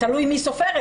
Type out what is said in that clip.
תלוי מי סופר,